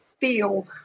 feel